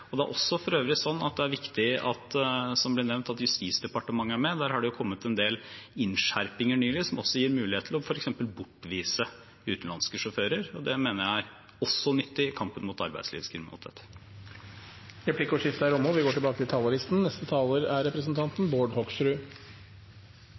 Det er for øvrig viktig, som det blir nevnt, at Justisdepartementet er med. Der har det kommet en del innskjerpinger nylig som også gir mulighet til f.eks. å bortvise utenlandske sjåfører. Det mener jeg også er nyttig i kampen mot arbeidslivskriminalitet. Replikkordskiftet er omme. De talere som heretter får ordet, har en taletid på inntil 3 minutter. Det er